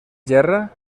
gerra